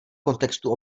kontextu